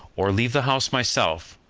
or leave the house myself,